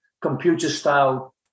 computer-style